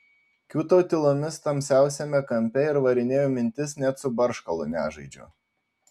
kiūtau tylomis tamsiausiame kampe ir varinėju mintis net su barškalu nežaidžiu